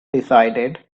decided